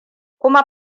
kuma